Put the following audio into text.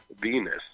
Venus